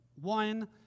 one